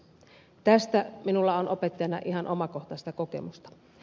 tästä minulla on opettajana ihan omakohtaista kokemusta